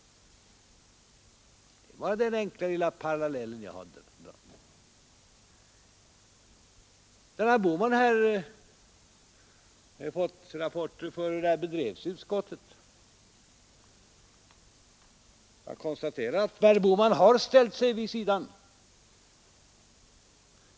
Det är bara den enkla lilla parallellen jag har dragit. Herr Bohman har fått rapporter om hur arbetet bedrevs i utskottet. Jag bara konstaterar att herr Bohman har ställt sig vid sidan.